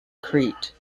crete